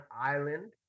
island